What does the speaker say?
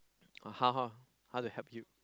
uh how how how to help you